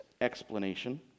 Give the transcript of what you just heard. explanation